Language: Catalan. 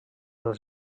les